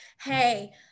hey